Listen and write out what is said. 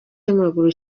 w’amaguru